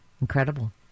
Incredible